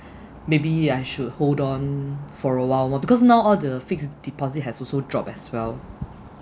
maybe I should hold on for a while more because now all the fixed deposit has also dropped as well